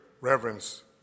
reverence